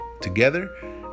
together